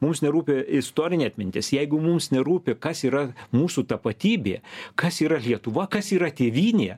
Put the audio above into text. mums nerūpi istorinė atmintis jeigu mums nerūpi kas yra mūsų tapatybė kas yra lietuva kas yra tėvynė